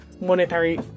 monetary